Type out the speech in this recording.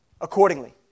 accordingly